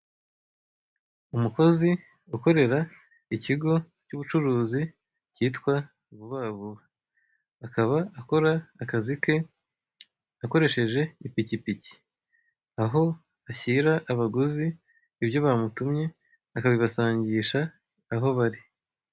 Umukozi ukorera ikigo cy'ubucuruzi cyitwa vuba vuba akaba akora akazi ke akoresheje ipikipiki, aho ashyira abaguzi ibyo bamutumye akabibasangisha aho bari.